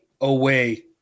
away